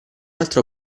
altro